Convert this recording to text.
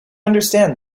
understand